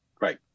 right